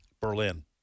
Berlin